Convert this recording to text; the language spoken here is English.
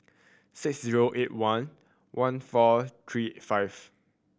six zero eight one one four three five